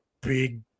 big